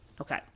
Okay